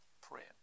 Prayer